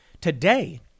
today